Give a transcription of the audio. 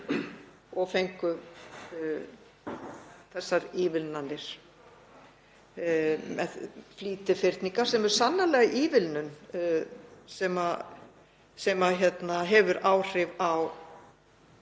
og fengu þessar ívilnanir með flýtifyrningum, sem er sannarlega ívilnun sem hefur áhrif á